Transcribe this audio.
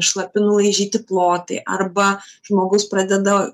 šlapi nulaižyti plotai arba žmogus pradeda